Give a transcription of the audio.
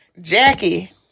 Jackie